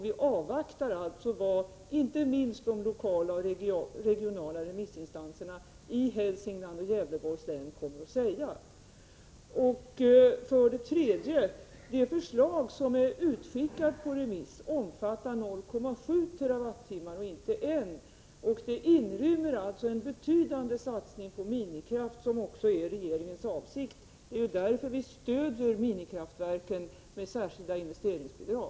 Vi avvaktar alltså vad inte minst de lokala och regionala remissinstanserna i Hälsingland och Gävleborgs län kommer att säga. För det tredje omfattar det förslag som är utskickat på remiss 0,7 TWh, inte 1,0 TWh. Det inrymmer en betydande satsning på minikraft. Detta är också regeringens avsikt. Det är ju därför vi stödjer minikraftverken med särskilda investeringsbidrag.